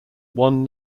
one